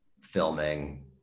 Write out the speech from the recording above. filming